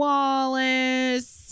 Wallace